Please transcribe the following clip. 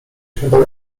chyba